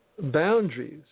boundaries